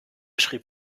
schrieb